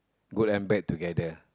good and bad together